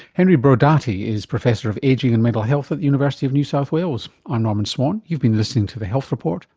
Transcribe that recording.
henry brodaty is professor of ageing and mental health at the university of new south wales. i'm norman swan and you've been listening to the health report.